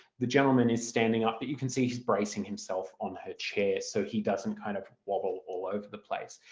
the gentleman is standing up but you can see he's bracing himself on her chair so he doesn't kind of wobble all over the place.